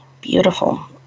Beautiful